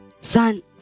Son